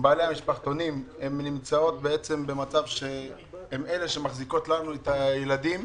בעלי המשפחתונים מחזיקים לנו את הילדים